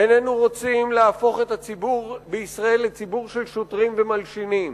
איננו רוצים להפוך את הציבור בישראל לציבור של שוטרים ומלשינים.